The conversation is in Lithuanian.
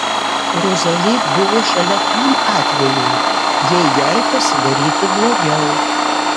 rozali buvo šalia tam atvejui jei jai pasidarytų blogiau